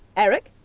eric?